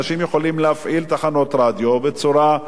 אנשים יכולים להפעיל תחנות רדיו באופן